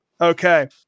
Okay